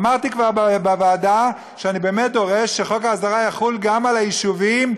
אמרתי כבר בוועדה שאני באמת דורש שחוק ההסדרה יחול גם על היישובים,